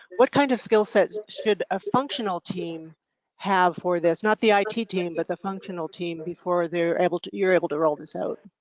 what kind of skill sets should a functional team have for this not the it team but the functional team before they're able to you're able to roll this out?